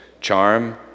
Charm